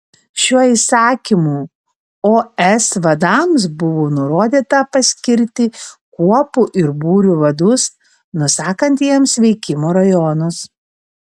šiuo įsakymu os vadams buvo nurodyta paskirti kuopų ir būrių vadus nusakant jiems veikimo rajonus